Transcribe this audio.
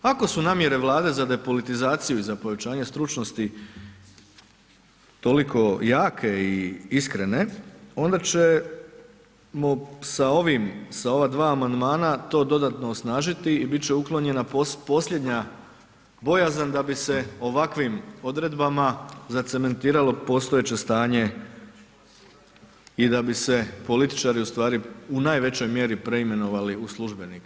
Ako su namjere Vlade za depolitizacije i za povećanje stručnosti toliko jake i iskrene, onda ćemo sa ovim, sa ova dva amandmana to dodatno osnažiti i bit će uklonjena posljednja bojazan da bi se ovakvim odredbama zacementiralo postojeće stanje i da bi se političari ustvari u najvećoj mjeri preimenovali u službenike.